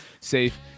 safe